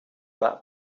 that